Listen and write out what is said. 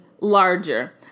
larger